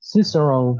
Cicero